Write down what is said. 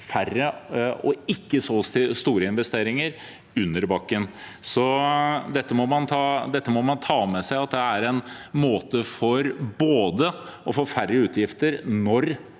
og ikke så store investeringer under bakken. Så man må ta med seg at dette er både en måte å få færre utgifter på